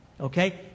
okay